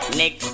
nick